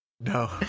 No